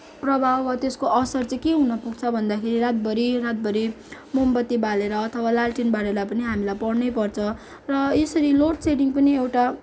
प्रभाव वा त्यसको असर के हुन पुग्छ भन्दा खेरि रातभरि रातभरि मोमबत्ति बालेर अथवा लालटेन बालेर पनि हामीलाई पढ्नै पर्छ र यसरी लोड सेडिङ्ग पनि एउटा